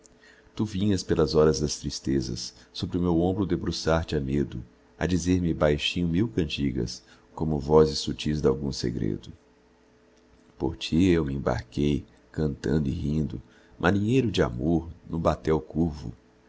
vinhas pelas horas das tristezas sobre o meu ombro debruçar te a medo a dizer-me baixinho mil cantigas como vozes sutis dalgum segredo por ti eu me embarquei cantando e rindo marinheiro de amor no batel curvo